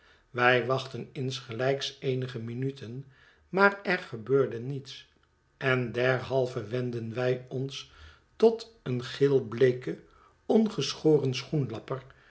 wij wachtten insgelijks eenige minuten niaar er gebeurde niets en derhalve wendden wij ons tot een geelbleeken ongeschoren schoenlapper